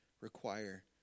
require